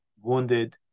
wounded